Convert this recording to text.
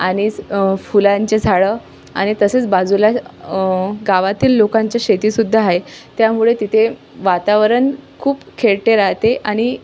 आणि फुलांचे झाडं आणि तसेच बाजूला गावातील लोकांच्या शेती सुद्धा आहे त्यामुळे तिथे वातावरण खूप खेळते राहते आणि